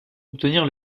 obtenir